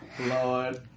Lord